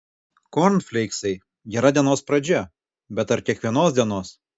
kornfleiksai gera dienos pradžia bet ar kiekvienos dienos